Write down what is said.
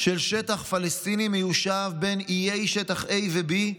של שטח פלסטיני מיושב בין איי שטח A ו-B",